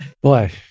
Boy